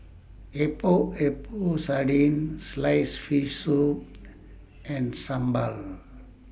Epok Epok Sardin Sliced Fish Soup and Sambal